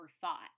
thought